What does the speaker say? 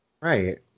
Right